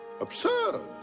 absurd